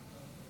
לא,